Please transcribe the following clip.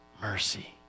mercy